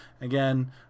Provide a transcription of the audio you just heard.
again